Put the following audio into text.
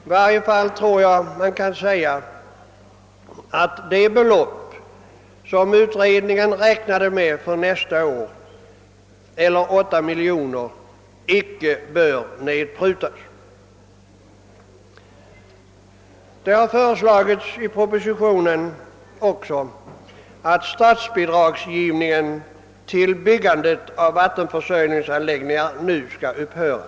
I varje fall tror jag att det belopp som utredningen räknade med för nästa år, 8 miljoner kronor, icke bör prutas ned. I propositionen har också föreslagits att statsbidragsgivningen till byggandet av vattenförsörjningsanläggningar nu skall upphöra.